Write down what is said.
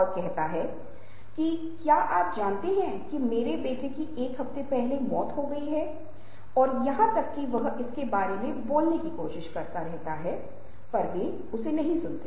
सार्वजनिक रूप से बोलने का सबसे अधिक भय लोगों में से एक है यहां तक कि वे मृत्यु से भी अधिक डरते हैं